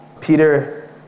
Peter